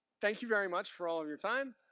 thank you very much for all of your time.